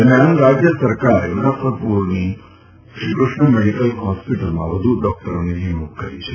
દરમિયાન રાજ્ય સરકારે મુઝફ્ફરપુરની શ્રી કૃષ્ણ મેડિકલ હોસ્પિટલમાં વધુ ડોક્ટરોની નિમણૂક કરી છે